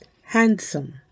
handsome